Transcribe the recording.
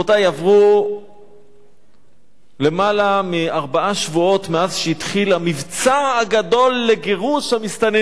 עברו למעלה מארבעה שבועות מאז התחיל המבצע הגדול לגירוש המסתננים.